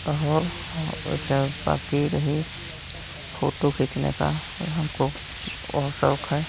और उसे बांकी रही फोटो खींचने का हमको वो शौक है